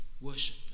worship